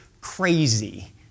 crazy